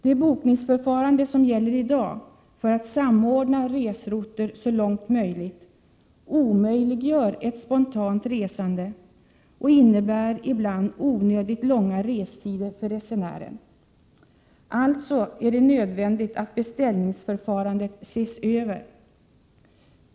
Det bokningsförfarande som gäller i dag, för att samordna resrouter så långt möjligt, omöjliggör ett spontant resande och innebär ibland onödigt långa restider för resenären. Alltså är det nödvändigt att beställningsförfarandet ses över.